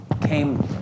came